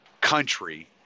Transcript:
country